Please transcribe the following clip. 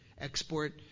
export